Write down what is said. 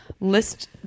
list